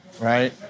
Right